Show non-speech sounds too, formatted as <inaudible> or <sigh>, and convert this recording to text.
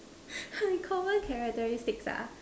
<noise> common characteristics ah